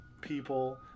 people